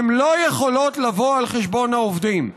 הן לא יכולות לבוא על חשבון העובדים.